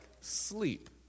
sleep